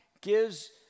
gives